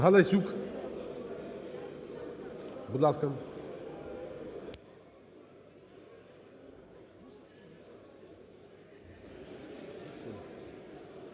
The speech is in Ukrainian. Дякую